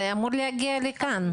זה אמור להגיע לכאן.